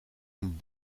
een